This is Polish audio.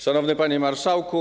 Szanowny Panie Marszałku!